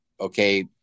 Okay